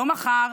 לא מחר,